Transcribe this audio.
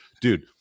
dude